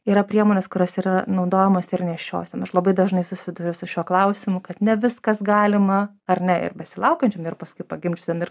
yra priemonės kurios yra naudojamos ir nėščiosiom aš labai dažnai susiduriu su šiuo klausimu kad ne viskas galima ar ne ir besilaukiančiom ir paskui pagimdžiusiom ir